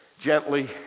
gently